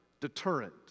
deterrent